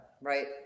right